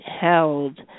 held